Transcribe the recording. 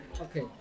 Okay